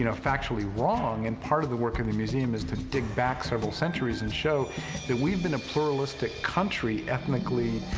you know factually wrong, and part of the work of the museum is to dig back several centuries and show that we've been a pluralistic country ethnically,